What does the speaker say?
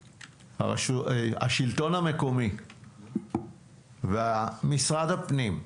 נציגי השלטון המקומי ונציגי משרד הפנים,